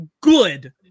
good